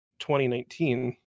2019